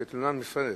כתלונה נפרדת.